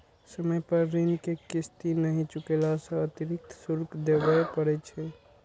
समय पर ऋण के किस्त नहि चुकेला सं अतिरिक्त शुल्क देबय पड़ै छै